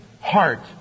heart